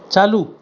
चालू